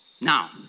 Now